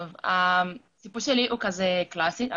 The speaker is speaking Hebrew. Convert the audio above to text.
הסיפור שלי הוא קלאסי.